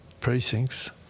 precincts